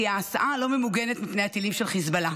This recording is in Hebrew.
כי ההסעה לא ממוגנת מפני הטילים של חיזבאללה?